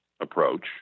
approach